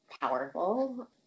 powerful